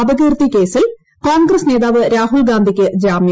അപകീർത്തി കേസിൽ കോൺഗ്രസ് നേതാവ് രാഹുൽ ഗാന്ധിയ്ക്ക് ജാമ്യം